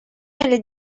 эле